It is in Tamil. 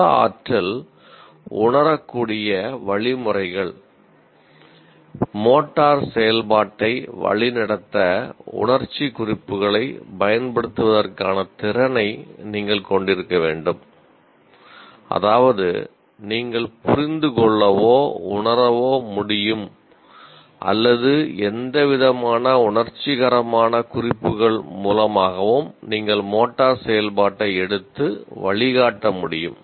உள ஆற்றல் உணரக்கூடிய வழிமுறைகள் மோட்டார் செயல்பாட்டை வழிநடத்த உணர்ச்சி குறிப்புகளைப் பயன்படுத்துவதற்கான திறனை நீங்கள் கொண்டிருக்க வேண்டும் அதாவது நீங்கள் புரிந்து கொள்ளவோ உணரவோ முடியும் அல்லது எந்தவிதமான உணர்ச்சிகரமான குறிப்புகள் மூலமாகவும் நீங்கள் மோட்டார் செயல்பாட்டை எடுத்து வழிகாட்ட முடியும்